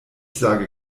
sage